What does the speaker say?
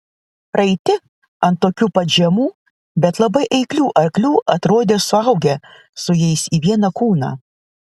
raiti ant tokių pat žemų bet labai eiklių arklių atrodė suaugę su jais į vieną kūną